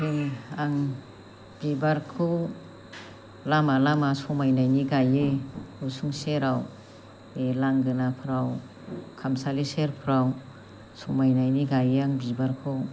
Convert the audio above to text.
नै आं बिबारखौ लामा लामा समायनायनि गायो उसुं सेराव बे लांगोनाफ्राव खामसालि सेरफ्राव समायनायनि गायो आं बिबारखौ